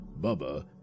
Bubba